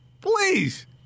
please